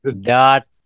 dot